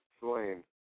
slain